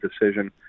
decision